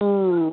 હમ